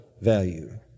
value